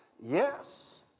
Yes